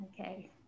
Okay